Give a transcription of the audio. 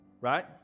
right